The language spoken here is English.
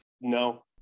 No